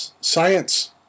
science